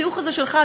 החיוך הזה שלך,